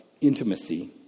intimacy